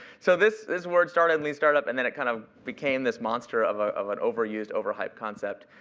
so this this word started in lean startup and then it kind of became this monster of ah of an overused, overhyped concept.